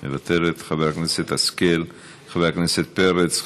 מוותרת, חברת הכנסת השכל, חבר הכנסת פרץ,